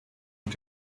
und